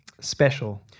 special